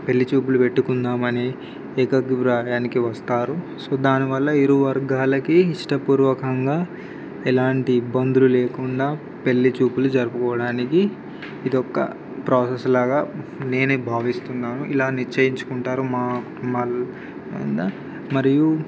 పెళ్ళిచూపులు పెట్టుకుందామని ఏకాభిప్రాయానికి వస్తారు సో దానివల్ల ఇరు వర్గాలకి ఇష్ట పూర్వకంగా ఎలాంటి ఇబ్బందులు లేకుండా పెళ్ళిచూపులు జరుపుకోవడానికి ఇది ఒక్క ప్రాసాస్లాగా నేనే భావిస్తున్నాను ఇలా నిశ్చయించుకుంటారు మా మాలో మరియు